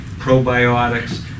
Probiotics